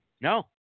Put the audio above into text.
No